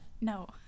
No